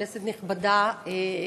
כנסת נכבדה,